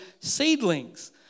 seedlings